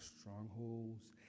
strongholds